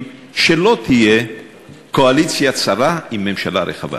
שלא תהיה קואליציה צרה עם ממשלה רחבה.